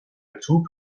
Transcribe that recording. توپ